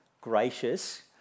gracious